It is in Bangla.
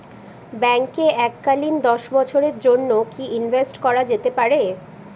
ব্যাঙ্কে এককালীন দশ বছরের জন্য কি ইনভেস্ট করা যেতে পারে?